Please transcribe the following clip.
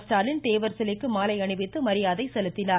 ஸ்டாலின் தேவர் சிலைக்கு மாலை அணிவித்து மரியாதை செலுத்தினார்